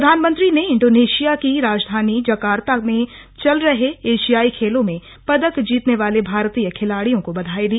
प्रधानमंत्री ने इंडोनेशिया की राजधानी जकार्ता में चल रहे एशियाई खेलों में पदक जीतने वाले भारतीय खिलाड़ियों को बधाई दी